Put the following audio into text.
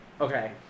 Okay